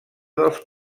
dels